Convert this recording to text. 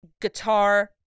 guitar